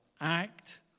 Act